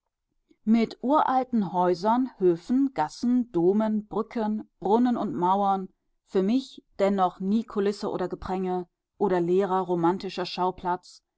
mit uralten häusern höfen gassen domen brücken brunnen und mauern für mich dennoch nie kulisse oder gepränge oder leerer romantischer schauplatz